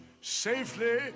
safely